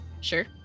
Sure